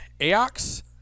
aox